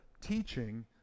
teaching